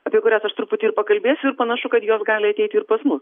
apie kurias aš truputį ir pakalbėsiu ir panašu kad jos gali ateiti ir pas mus